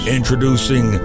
introducing